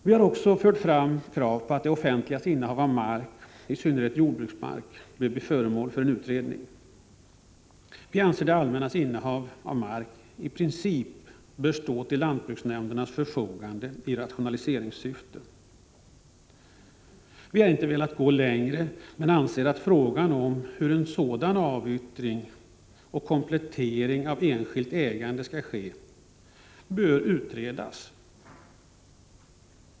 Vi har också framfört krav på att det allmännas innehav av mark, i synnerhet jordbruksmark, blir föremål för en utredning. Det allmännas innehav av mark bör i princip stå till lantbruksnämndernas förfogande i rationaliseringssyfte. Vi har inte velat gå längre men anser att frågan om hur en sådan avyttring och komplettering av enskilt ägande skall ske bör utredas.